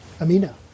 Amina